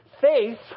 Faith